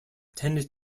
tend